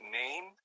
name